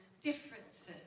differences